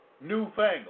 newfangled